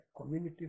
community